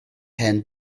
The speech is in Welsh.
hen